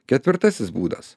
ketvirtasis būdas